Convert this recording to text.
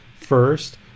first